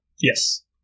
Yes